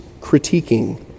critiquing